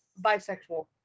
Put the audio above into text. bisexual